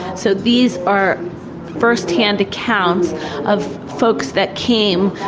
so these are first-hand accounts of folks that came,